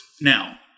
Now